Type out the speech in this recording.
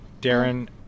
darren